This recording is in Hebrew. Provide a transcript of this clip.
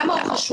למה הוא חשוב?